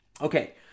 Okay